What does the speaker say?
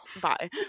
bye